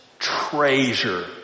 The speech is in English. treasure